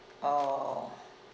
orh